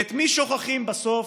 ואת מי שוכחים בסוף?